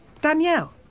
Danielle